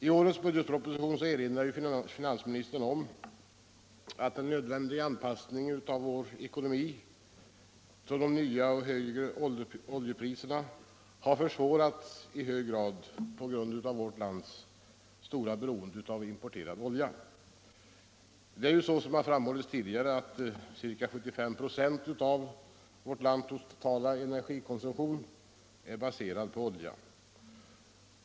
I årets budgetproposition erinrar finansministern om att den nödvändiga anpassningen av vår ekonomi till de nya höga oljepriserna har avsevärt försvårats på grund av vårt lands stora beroende av importerad olja. Som framhållits tidigare är 75 96 av vårt lands totala energikonsumtion baserad på olja.